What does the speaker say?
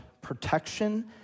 protection